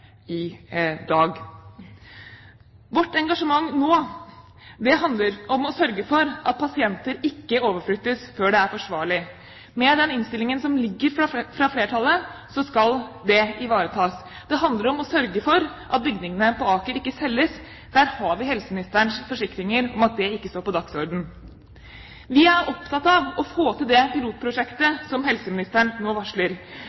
i dag. Vårt engasjement nå handler om å sørge for at pasienter ikke overflyttes før det er forsvarlig. Med den innstillingen som ligger fra flertallet, skal det ivaretas. Det handler om å sørge for at bygningene på Aker ikke selges. Her har vi helseministerens forsikringer om at det ikke står på dagsordenen. Vi er opptatt av å få til det pilotprosjektet som helseministeren nå varsler.